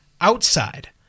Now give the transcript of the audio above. outside